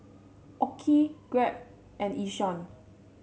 OKI Grab and Yishion